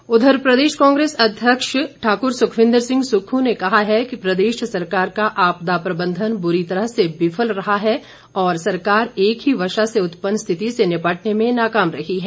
सुक्खू प्रदेश कांग्रेस अध्यक्ष ठाकुर सुक्खविंदर सिंह सुक्खू ने कहा है प्रदेश सरकार का आपदा प्रबंधन बूरी तरह से विफल रहा है और सरकार एक ही वर्षा से उत्पन्न स्थिति से निपटने में नाकाम रही है